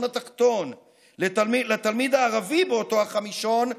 התחתון לתלמיד הערבי באותו החמישון,